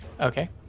Okay